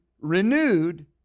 renewed